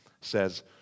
says